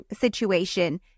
situation